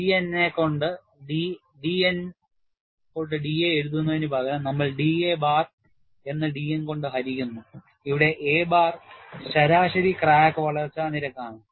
dN കൊണ്ട് da എഴുതുന്നതിനുപകരം നമ്മൾ da bar എന്ന് d N കൊണ്ട് ഹരിക്കുന്നു ഇവിടെ a bar ശരാശരി ക്രാക്ക് വളർച്ചാ നിരക്ക് ആണ്